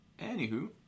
Anywho